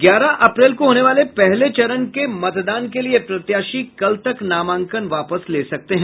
ग्यारह अप्रैल को होने वाले पहले चरण के मतदान के लिये प्रत्याशी कल तक नामांकन वापस ले सकते हैं